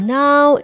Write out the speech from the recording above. now